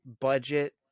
budget